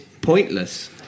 pointless